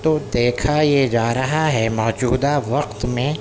تو دیکھا یہ جا رہا ہے موجودہ وقت میں